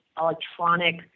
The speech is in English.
electronic